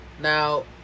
now